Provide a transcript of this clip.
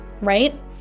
right